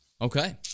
Okay